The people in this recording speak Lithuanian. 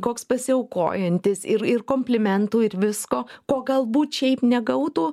koks pasiaukojantis ir ir komplimentų ir visko ko galbūt šiaip negautų